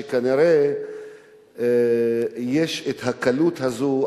שכנראה יש הקלות הזאת,